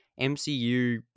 MCU